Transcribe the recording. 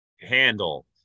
handle